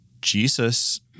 Jesus